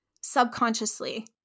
subconsciously